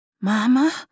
Mama